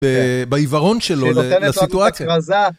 בעיוורון שלו לסיטואציה.